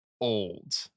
old